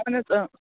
اَہن حظ اۭں